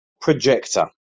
projector